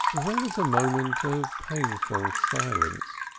there was a moment of painful silence.